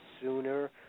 sooner